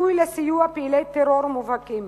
ככיסוי לסיוע לפעילי טרור מובהקים.